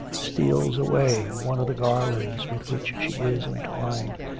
steals away one of the garlands with which she is entwined,